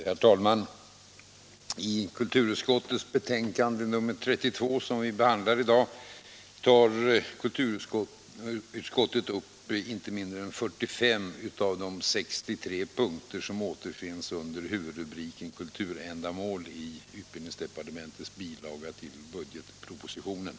Herr talman! I kulturutskottets betänkande nr 32 som vi behandlar i dag tar kulturutskottet upp inte mindre än 45 av de 63 punkter som återfinns under huvudrubriken Kulturändamål i utbildningsdepartementets bilaga till budgetpropositionen.